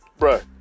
bruh